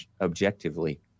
objectively